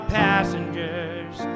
passengers